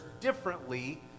differently